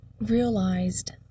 realized